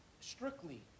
strictly